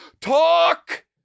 Talk